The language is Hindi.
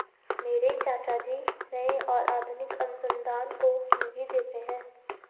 मेरे चाचा जी नए और आधुनिक अनुसंधान को निधि देते हैं